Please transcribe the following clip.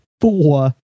Four